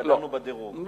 והתקדמנו בדירוג.